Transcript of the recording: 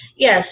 Yes